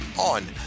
on